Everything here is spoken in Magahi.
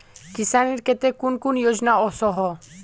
किसानेर केते कुन कुन योजना ओसोहो?